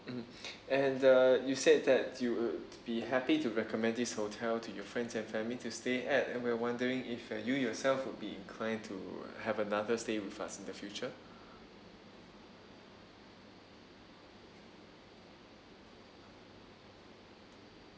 mm and uh you said that you would be happy to recommend this hotel to your friends and family to stay at and we're wondering if you yourself would be inclined to have another stay with us in the future